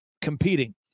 competing